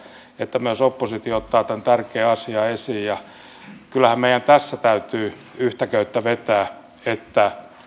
että myös oppositio ottaa tämän tärkeän asian esiin kyllähän meidän tässä täytyy yhtä köyttä vetää että